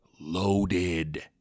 loaded